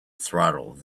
throttle